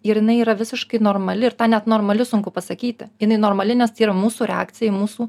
ir jinai yra visiškai normali ir ta net normali sunku pasakyti jinai normali nes tai yra mūsų reakcija į mūsų